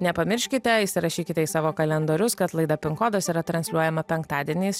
nepamirškite įsirašykite į savo kalendorius kad laida pinkodas yra transliuojama penktadieniais